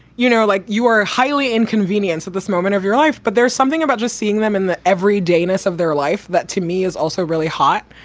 you know, like you are highly inconvenienced at this moment of your life. but there's something about just seeing them in the everydayness of their life. that to me, is also really hot.